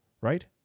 right